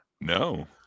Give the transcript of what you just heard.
No